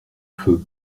feu